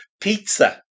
pizza